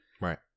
Right